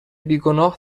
بیگناه